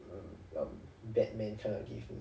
mm um batman kind of give me